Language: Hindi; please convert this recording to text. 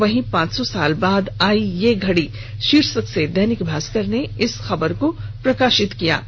वहीं पांच सौ साल बाद आई ये घड़ी शीर्षक से दैनिक भास्कर ने खबर को प्रकाशित किया है